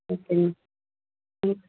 okay ma'am ம்